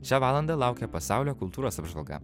šią valandą laukia pasaulio kultūros apžvalga